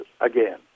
again